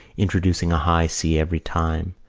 introducing a high c every time,